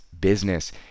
business